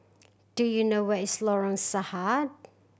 do you know where is Lorong Sahad